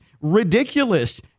ridiculous